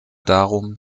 darum